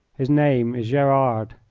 his name is gerard,